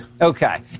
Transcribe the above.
Okay